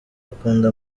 akunda